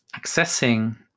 accessing